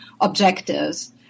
objectives